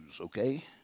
okay